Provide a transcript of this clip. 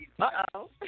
Uh-oh